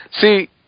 See